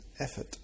effort